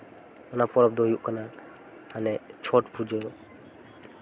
ᱚᱱᱟ ᱯᱚᱨ ᱫᱚ ᱦᱩᱭᱩᱜ ᱠᱟᱱᱟ ᱦᱟᱱᱮ ᱪᱷᱚᱴ ᱯᱩᱡᱟᱹ